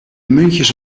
muntjes